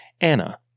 Anna